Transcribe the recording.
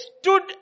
stood